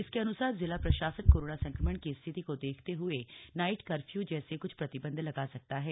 इसके अनुसार जिला प्रशासन कोरोना संक्रमण की स्थिति को देखते हए नाइट कर्फ्यू जैसे कुछ प्रतिबंध लगा सकता है